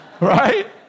Right